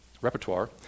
repertoire